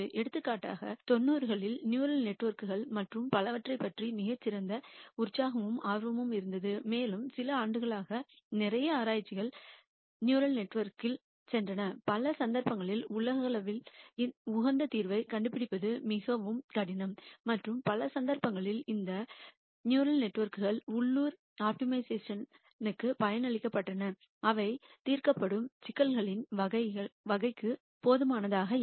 எடுத்துக்காட்டாக 90 களில் neural networks மற்றும் பலவற்றைப் பற்றி மிகுந்த உற்சாகமும் ஆர்வமும் இருந்தது மேலும் சில ஆண்டுகளாக நிறைய ஆராய்ச்சிகள் நியூரல் நெட்ஒர்க்ஸ் சென்றன பல சந்தர்ப்பங்களில் உலகளவில் உகந்த தீர்வைக் கண்டுபிடிப்பது மிகவும் கடினம் மற்றும் பல சந்தர்ப்பங்களில் இந்த நியூரல் நெட்ஒர்க்ஸ் உள்ளூர் ஆப்டிமாவுக்கு பயிற்சியளிக்கப்பட்டன அவை தீர்க்கப்படும் சிக்கல்களின் வகைக்கு போதுமானதாக இல்லை